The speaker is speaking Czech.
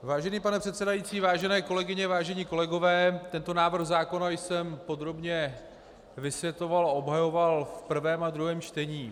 Vážený pane předsedající, vážené kolegyně, vážení kolegové, tento návrh zákona jsem podrobně vysvětloval a obhajoval v prvém a druhém čtení.